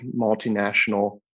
multinational